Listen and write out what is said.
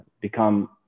become